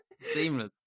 Seamless